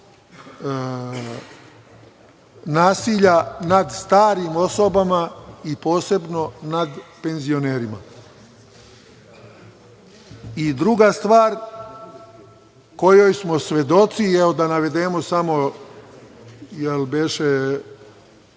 nasilja nad starim osobama i posebno nad penzionerima. Druga stvar kojoj smo svedoci, evo, da navedemo samo, jel beše